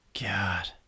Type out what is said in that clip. God